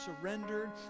surrendered